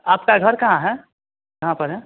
आपका घर कहाँ है कहाँ पर है